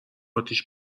آتیش